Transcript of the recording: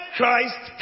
Christ